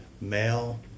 male